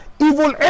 evil